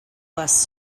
bus